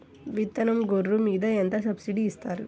విత్తనం గొర్రు మీద ఎంత సబ్సిడీ ఇస్తారు?